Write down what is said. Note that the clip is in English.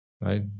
right